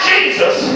Jesus